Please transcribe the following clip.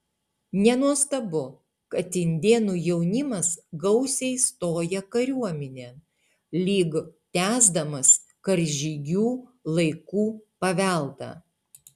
nenuostabu kad indėnų jaunimas gausiai stoja kariuomenėn lyg tęsdamas karžygių laikų paveldą